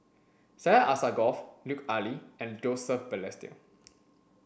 Syed Alsagoff Lut Ali and Joseph Balestier